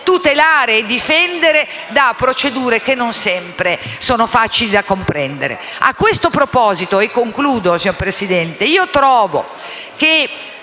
entra in banca da procedure che non sempre sono facili da comprendere. A questo proposito - e concludo, signor Presidente - trovo che